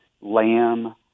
lamb